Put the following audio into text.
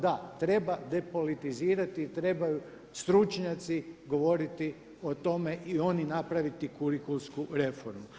Da treba depolitizirati i trebaju stručnjaci govoriti o tome i oni napraviti kurikulsku reformu.